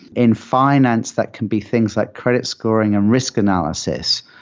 in finance that can be things like credit scoring and risk analysis.